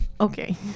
Okay